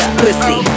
pussy